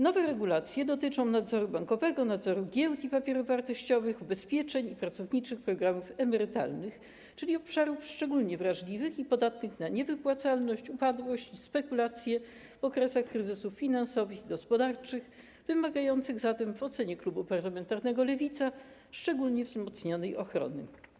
Nowe regulacje dotyczą nadzoru bankowego, nadzoru giełd i papierów wartościowych, ubezpieczeń i pracowniczych programów emerytalnych, czyli obszarów szczególnie wrażliwych i podatnych na niewypłacalność, upadłość i spekulacje w okresach kryzysów finansowych i gospodarczych, wymagających zatem w ocenie klubu parlamentarnego Lewica szczególnie wzmocnionej ochrony.